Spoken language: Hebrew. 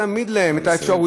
הצעת